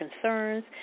concerns